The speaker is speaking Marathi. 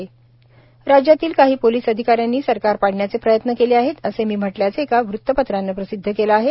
गह मंत्री राज्यातील काही पोलीस अधिकाऱ्यांनी सरकार पाडण्याचे प्रयत्न केले आहेत असे मी म्हटल्याचे एका वृत्तपत्राने प्रसिध्द केले आहे